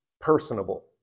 personable